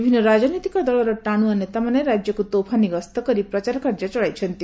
ବିଭିନ୍ନ ରାଜନୈତିକ ଦଳର ଟାଣୁଆ ନେତାମାନେ ରାଜ୍ୟକୁ ତୋଫାନି ଗସ୍ତକରି ପ୍ରଚାରକାର୍ଯ୍ୟ ଚଳାଇଛନ୍ତି